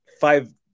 five